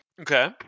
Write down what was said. Okay